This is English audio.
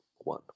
One